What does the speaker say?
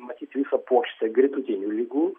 matyt visą puokštę gretutinių ligų